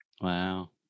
Wow